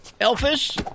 Elfish